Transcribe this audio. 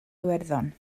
iwerddon